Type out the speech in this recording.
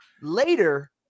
later